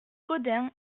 gaudin